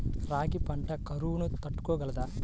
రాగి పంట కరువును తట్టుకోగలదా?